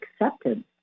acceptance